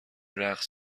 رقص